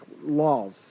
laws